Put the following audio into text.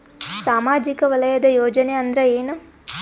ಸಾಮಾಜಿಕ ವಲಯದ ಯೋಜನೆ ಅಂದ್ರ ಏನ?